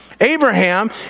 Abraham